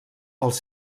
els